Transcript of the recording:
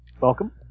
Welcome